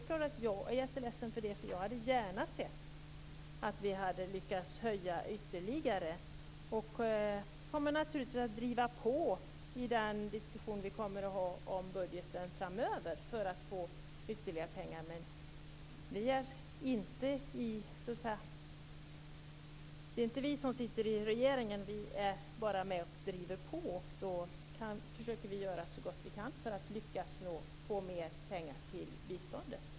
Jag är jätteledsen för det, för jag hade gärna sett att vi hade lyckats få en ytterligare höjning. Vi kommer naturligtvis att driva på i den diskussion vi kommer att ha om budgeten framöver för att få ytterligare pengar. Men det är inte vi som sitter i regeringen. Vi är bara med och driver på, och vi försöker göra så gott vi kan för att lyckas få mer pengar till biståndet.